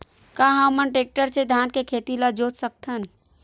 का हमन टेक्टर से धान के खेत ल जोत सकथन?